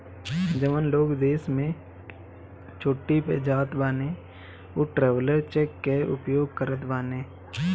जवन लोग विदेश में छुट्टी पअ जात बाने उ ट्रैवलर चेक कअ उपयोग करत बाने